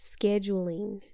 scheduling